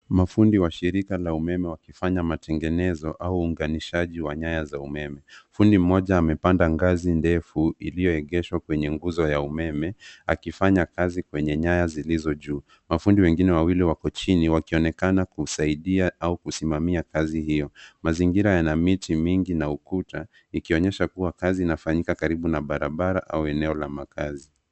Mafundi wa shirika la umeme wakifanya matengenezo au unganishaji wa nyaya za umeme. Fundi mmoja amepanda ngazi ndefu iliyoegeshwa kwenye nguzo ya umeme akifanya kazi kwenye nyaya zilizo juu .Mafundi wengine wawili wako chini wakionekana kusaidia au kusimamia kazi hiyo. Mazingira yana miti mingi na ukuta ikionyesha kuwa kazi inafanyika karibu na barabara au eneo la makazi.